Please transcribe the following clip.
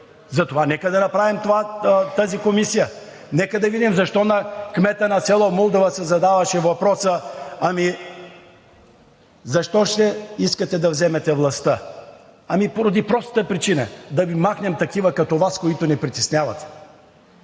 затова нека да направим тази комисия. Нека да видим защо на кмета на село Мулдова се задаваше въпросът: „Ами защо ще искате да вземете властта?“ Ами поради простата причина – да махнем такива като Вас, които ни притесняват!